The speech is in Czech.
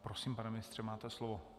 Prosím, pane ministře, máte slovo.